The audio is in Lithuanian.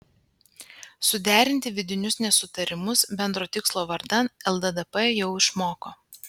suderinti vidinius nesutarimus bendro tikslo vardan lddp jau išmoko